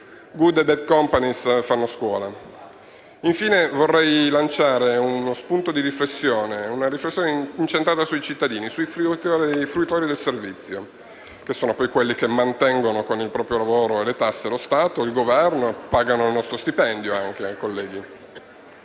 (*good* e *bad company* fanno scuola). Infine, vorrei lanciare uno spunto di riflessione, una riflessione incentrata sui cittadini, sui fruitori del servizio, che sono poi quelli che mantengono con il proprio lavoro e le proprie tasse lo Stato, il Governo e pagano anche il nostro stipendio, cari colleghi.